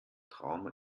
trauma